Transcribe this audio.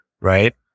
right